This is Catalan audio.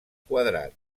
quadrat